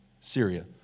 Syria